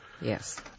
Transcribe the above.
Yes